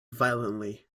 violently